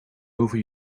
over